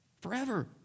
Forever